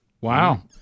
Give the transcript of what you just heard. Wow